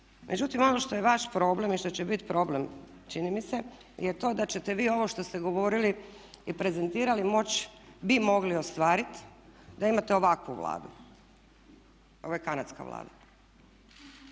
Međutim, ono što je vaš problem i što će biti problem čini mi se je to da ćete vi ovo što ste govorili i prezentirali moći tj. bi mogli ostvariti da imate ovakvu Vladu, ovo je kanadska vlada.